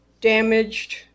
Damaged